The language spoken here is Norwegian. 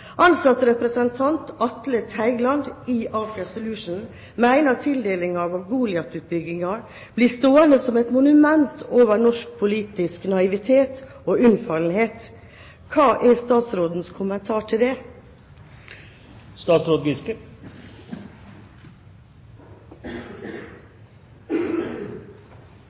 Atle Teigland i Aker Solutions mener tildelingen av Goliat-utbyggingen blir stående som et monument over norsk politisk naivitet og unnfallenhet. Hva er statsrådens kommentar til det?